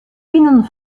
winnen